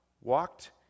walked